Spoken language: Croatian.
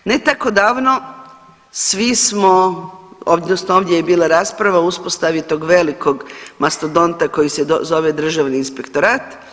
Ne tako davno svi smo odnosno ovdje je bila rasprava o uspostavi tog velikog mastodonta koji se zove Državni inspektorat.